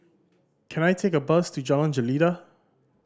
can I take a bus to Jalan Jelita